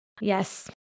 Yes